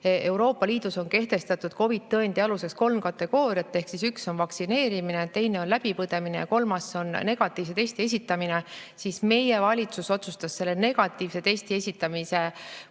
Euroopa Liidus on kehtestatud COVID-i tõendi aluseks kolm kategooriat ehk üks on vaktsineerimine, teine on läbipõdemine ja kolmas on negatiivse testi esitamine, siis meie valitsus otsustas [keelduda] negatiivse testi esitamise puhul